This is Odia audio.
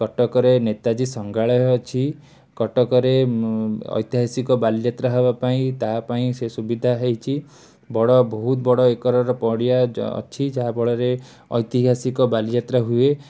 କଟକରେ ନେତାଜୀ ସଂଗ୍ରହାଳୟ ଅଛି କଟକରେ ଉଁ ଐତିହାସିକ ବାଲିଯାତ୍ରା ହେବାପାଇଁ ତାପାଇଁ ସେ ସୁବିଧା ହେଇଛି ବଡ଼ ବହୁତ ବଡ଼ ଏକରର ପଡ଼ିଆ ଅଛି ଯାହାଫଳରେ ଐତିହାସିକ ବାଲିଯାତ୍ରା ହୁଏ